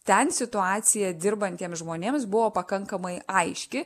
ten situacija dirbantiems žmonėms buvo pakankamai aiški